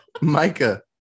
Micah